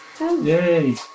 Yay